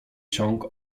ciąg